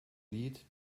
lied